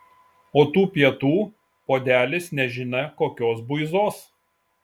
o tų pietų puodelis nežinia kokios buizos